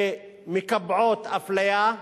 שמקבעות אפליה,